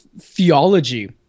theology